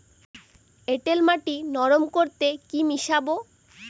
এঁটেল মাটি নরম করতে কি মিশাব?